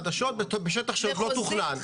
חדשות בשטח שעוד לא תוכנן.